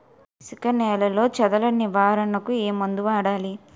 ఇసుక నేలలో చదల నివారణకు ఏ మందు వాడాలి?